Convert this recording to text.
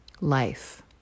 life